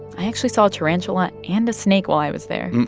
i actually saw a tarantula and a snake while i was there